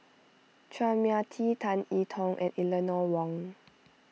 Chua Mia Tee Tan Tong and Eleanor Wong